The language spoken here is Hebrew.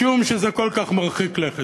משום שזה כל כך מרחיק לכת.